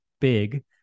big